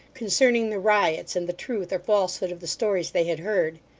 concerning the riots, and the truth or falsehood of the stories they had heard.